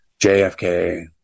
JFK